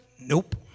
nope